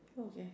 okay